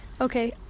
Okay